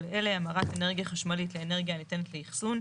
אלה: המרת אנרגיה חשמלית לאנרגיה הניתנת לאחסון,